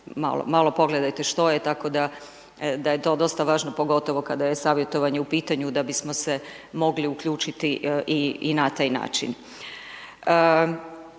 malo pogledajte što je, tako da, da je to dosta važno, kada je savjetovanje u pitanju da bismo se mogli uključiti i na taj način.